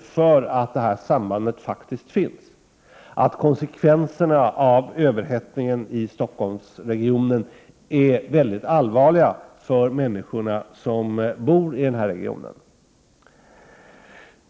för att detta samband faktiskt finns och för att konsekvenserna av överhettningen i Stockholmsregionen är mycket allvarliga för människor som bor här.